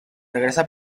regresa